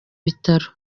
bitaro